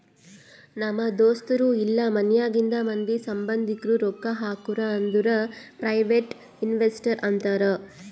ನಮ್ ದೋಸ್ತರು ಇಲ್ಲಾ ಮನ್ಯಾಗಿಂದ್ ಮಂದಿ, ಸಂಭಂದಿಕ್ರು ರೊಕ್ಕಾ ಹಾಕುರ್ ಅಂದುರ್ ಪ್ರೈವೇಟ್ ಇನ್ವೆಸ್ಟರ್ ಅಂತಾರ್